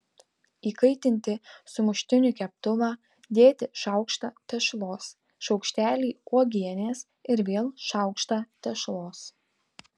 įkaitinti sumuštinių keptuvą dėti šaukštą tešlos šaukštelį uogienės ir vėl šaukštą tešlos